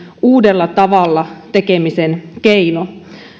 uudella tavalla tekemisen keino